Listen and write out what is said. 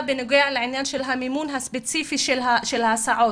בנוגע לעניין של המימון הספציפי של ההסעות,